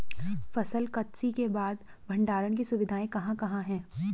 फसल कत्सी के बाद भंडारण की सुविधाएं कहाँ कहाँ हैं?